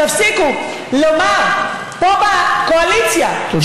תפסיקו לומר פה בקואליציה, תודה.